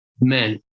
men